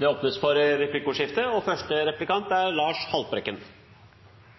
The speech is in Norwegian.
Det åpnes for replikkordskifte. Den 22. april 2015 kunne stortingsrepresentant fra Fremskrittspartiet og